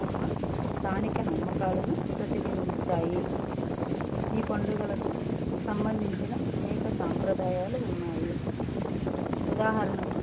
ఉన్న స్థానిక నమ్మకాలను ప్రతిబింబిస్తాయి ఈ పండుగలకు సంబంధించిన అనేక సాంప్రదాయాలు ఉన్నాయి ఉదాహరణకు